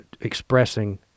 expressing